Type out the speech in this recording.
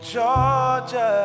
Georgia